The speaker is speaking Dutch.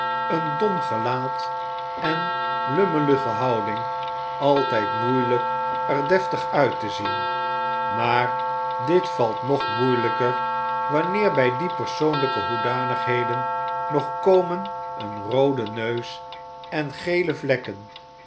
een dom gelaat een lummelige houding altijd moeielijk er deftig uit te zien maar dit valt nog moeielijker wanneer bij die persoonlijke hoedanigheden nog komen een roode neus en gele vlekken